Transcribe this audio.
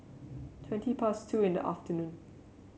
twenty past two in the afternoon